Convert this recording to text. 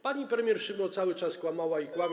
Pani premier Szydło cały czas kłamała i kłamie.